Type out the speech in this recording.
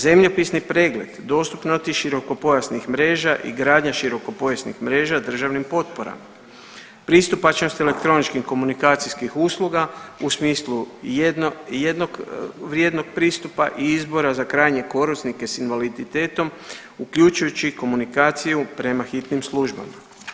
Zemljopisni pregled dostupnost širokopojasnih mreža i gradnja širokopojasnih mreža državnim potporama, pristupačnost elektroničkim komunikacijskih usluga u smislu jednog vrijednog pristupa i izbora za krajnjeg korisnike s invaliditetom, uključujući prema komunikaciju prema hitnim službama.